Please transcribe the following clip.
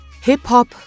Hip-Hop